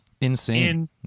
Insane